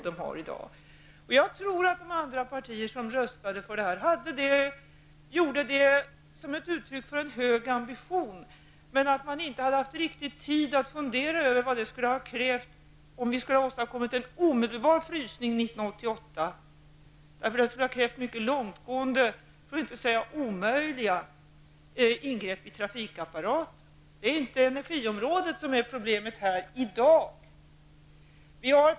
Jag tror att de övriga partier som röstade för det uttalandet gjorde det som ett uttryck för en hög ambition. Man hade inte tillräckligt med tid att fundera över vad det skulle ha krävt om vi skulle ha åstadkommit en omedelbar frysning år 1988. Det skulle ha krävt mycket långtgående för att inte säga omöjliga ingrepp i trafikapparaten. Det är inte energiområdet som är problemet i dag.